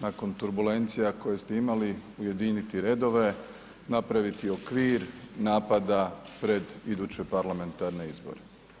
nakon turbulencija koje ste imali ujediniti redove, napraviti okvir napada pred iduće parlamentarne izbore.